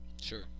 Sure